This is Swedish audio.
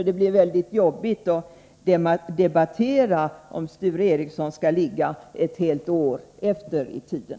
Det blir väldigt jobbigt att debattera om Sture Ericson skall ligga ett helt år efter i tiden.